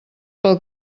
pel